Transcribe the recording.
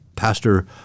pastor